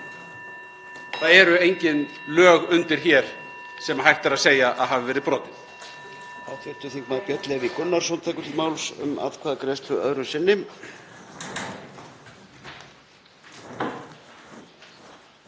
Það eru engin lög undir hér sem hægt er að segja að hafi verið brotin.